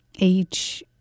age